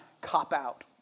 cop-out